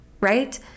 right